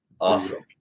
Awesome